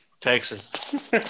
Texas